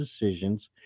decisions